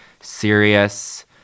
serious